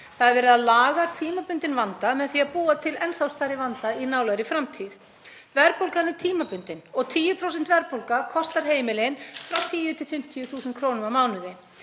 Það er verið að laga tímabundinn vanda með því að búa til enn þá stærri vanda í nálægri framtíð. Verðbólgan er tímabundin og 10% verðbólga kostar heimilin 10–50.000 kr. á mánuði.